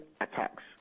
attacks